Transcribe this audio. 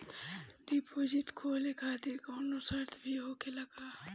Deposit खोले खातिर कौनो शर्त भी होखेला का?